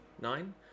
Nine